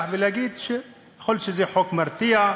ולהגיד שיכול להיות שזה חוק מרתיע.